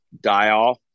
die-off